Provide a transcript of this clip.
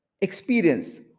experience